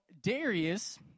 Darius